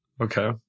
Okay